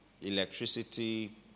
electricity